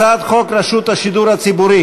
הצעת חוק השידור הציבורי